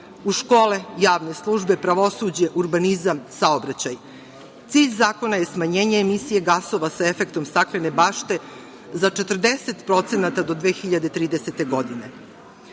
u škole, javne službe, pravosuđe, urbanizam, saobraćaj. Cilj zakona je smanjenje emisije gasova sa efektom staklene bašte za 40% do 2030. godine. Kao